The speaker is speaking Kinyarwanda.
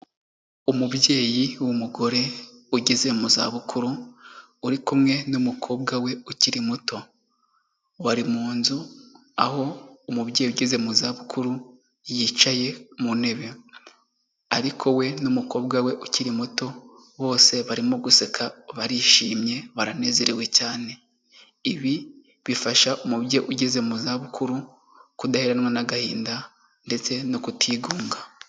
Umubyeyi w'umugore ugeze mu za bukuru, uri kumwe n'umukobwa we ukiri muto, bari mu nzu, aho umubyeyi ugeze mu za bukuru yicaye mu ntebe, ariko we n'umukobwa we ukiri muto, bose barimo guseka barishimye, baranezerewe cyane, ibi bifasha umubyeyi ugeze mu za bukuru kudaheranwa n'agahinda ndetse no kutigunga.